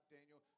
Daniel